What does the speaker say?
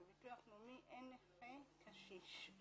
בביטוח לאומי אין נכה קשיש.